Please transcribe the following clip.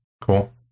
Cool